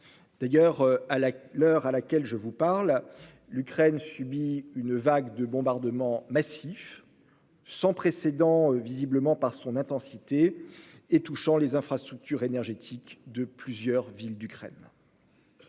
D'ailleurs, à l'heure où je vous parle, l'Ukraine subit une vague de bombardements massifs, visiblement sans précédent par son intensité, et touchant les infrastructures énergétiques de plusieurs villes d'Ukraine.